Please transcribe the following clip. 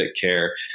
care